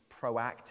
proactive